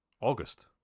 August